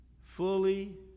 Fully